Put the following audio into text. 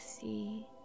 see